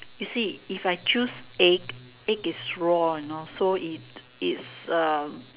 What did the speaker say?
you see if I choose egg egg is raw you know so it it's um